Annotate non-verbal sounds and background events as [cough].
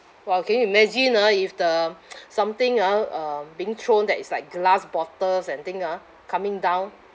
!wow! can you imagine ah if the [noise] something ah um being thrown that is like glass bottles and thing ah coming down